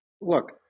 look